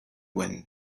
wind